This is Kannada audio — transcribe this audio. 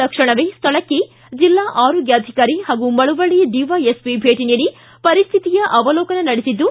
ತಕ್ಷಣವೇ ಸ್ಥಳಕ್ಕೆ ಜಿಲ್ಲಾ ಆರೋಗ್ಯಾಧಿಕಾರಿ ಹಾಗೂ ಮಳವಳ್ಳ ಡಿವೈಎಸ್ಪಿ ಭೇಟಿ ನೀಡಿ ಪರಿಸ್ಥಿತಿಯ ಅವಲೋಕನ ನಡೆಸಿದ್ದು